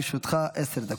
לרשותך עשר דקות.